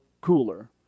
cooler